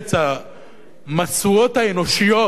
שבארץ המשואות האנושיות